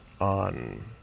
on